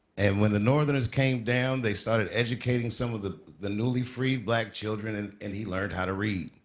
and when the northerners came down, they started educating some of the the newly freed black children, and and he learned how to read.